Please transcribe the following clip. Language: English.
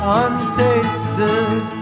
untasted